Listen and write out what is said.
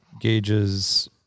gauges